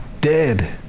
dead